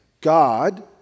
God